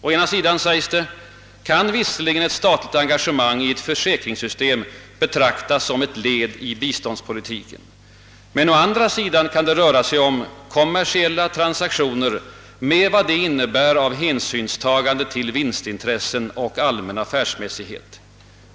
Å ena sidan, sägs det, kan visserligen »ett statligt engagemang i ett försäkringssystem betraktas som ett led i biståndspolitiken», men å andra sidan kan det röra sig om »kommersiella transaktioner med vad detta innebär av hänsynstagande till vinstintressen och allmän affärsverksamhet.